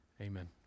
Amen